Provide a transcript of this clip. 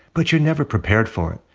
but you're never prepared for it.